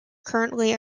currently